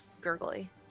gurgly